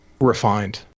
refined